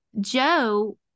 Joe